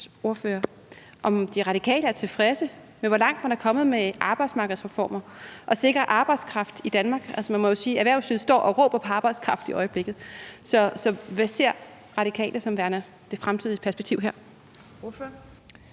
om De Radikale er tilfredse med, hvor langt man er kommet med arbejdsmarkedsreformer og med at sikre arbejdskraft i Danmark. Altså, man må jo sige, at erhvervslivet står og råber på arbejdskraft i øjeblikket. Så hvad ser Radikale som værende det fremtidige perspektiv her?